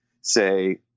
say